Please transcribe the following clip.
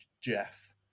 Jeff